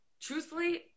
truthfully